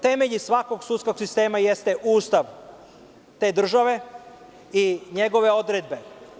Temelj svakog sudskog sistema jeste Ustav te države i njegove odredbe.